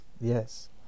Yes